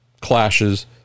clashes